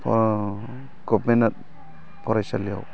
गभरमेन्टआ फरायसालियाव